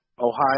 Ohio